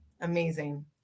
amazing